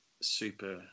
Super